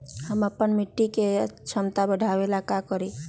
हम अपना मिट्टी के झमता बढ़ाबे ला का करी?